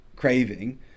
craving